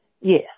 Yes